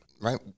right